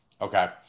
Okay